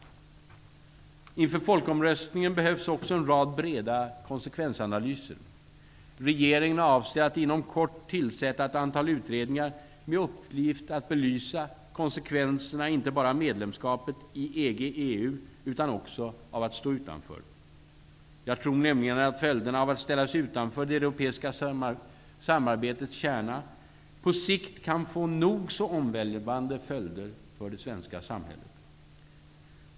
Inför folkomröstningen behövs också en rad breda konsekvensanalyser. Regeringen avser att inom kort tillsätta ett antal utredningar med uppgift att belysa konsekvenserna inte bara av medlemskapet i EG/EU utan också av att stå utanför. Jag tror nämligen att följderna av att ställa sig utanför det europeiska samarbetets kärna på sikt kan få nog så omvälvande följder för det svenska samhället.